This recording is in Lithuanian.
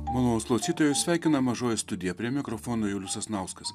malonūs klausytojai sveikina mažoji studija prie mikrofono julius sasnauskas